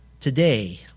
Today